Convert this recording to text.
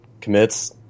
Commits